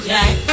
Jack